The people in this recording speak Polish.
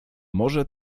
może